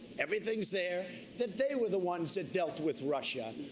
everything's there, that they were the ones that dealt with russia.